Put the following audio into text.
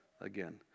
again